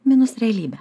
minus realybė